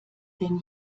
denn